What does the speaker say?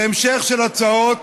זה המשך של הצעות